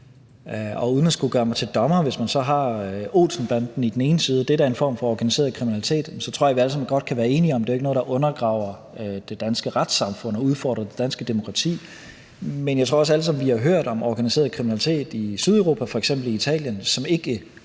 Og uden at skulle gøre mig til dommer: Vi har Olsen-banden i den ene side, og det er da en form for organiseret kriminalitet, men jeg tror, at vi alle sammen godt kan være enige om, at det ikke er noget, der undergraver det danske retssamfund og udfordrer det danske demokrati. Men jeg tror også, at vi alle sammen har hørt om organiseret kriminalitet i Sydeuropa, f.eks. i Italien, som ikke